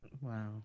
Wow